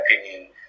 opinion